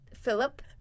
Philip